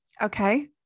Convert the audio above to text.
Okay